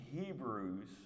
Hebrews